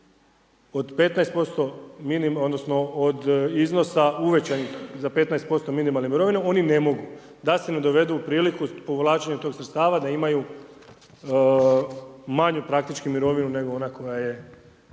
od iznosa uvećanih za 15% minimalne mirovine, oni ne mogu da se ne dovedu u priliku povlačenja tih sredstava da imaju manju praktički mirovinu nego ona koja je